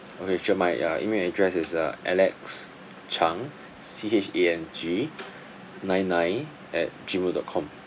okay sure my uh email addresses is uh alex chang C H A N G nine nine at gmail dot com